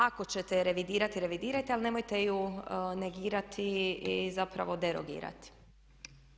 Ako ćete je revidirati revidirajte je, ali nemojte je negirati i zapravo derogirati.